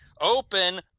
Open